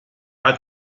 hat